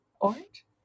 Orange